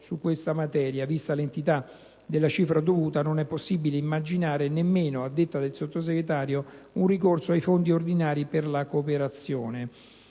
sulla materia. Vista l'entità della cifra dovuta non è possibile immaginare nemmeno, a detta del Sottosegretario, un ricorso ai fondi ordinari della cooperazione.